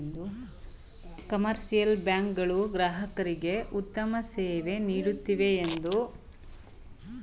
commercial bank ಗಳು ಗ್ರಾಹಕರಿಗೆ ಉತ್ತಮ ಸೇವೆ ನೀಡುತ್ತಿವೆ ಎಂದು ಸಚಿವರು ತಿಳಿಸಿದರು